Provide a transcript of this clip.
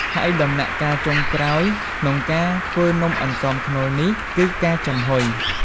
ហើយដំណាក់កាលចុងក្រោយក្នុងការធ្វើនំអន្សមខ្នុរនេះ គឺការចំហុយ។